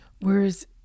whereas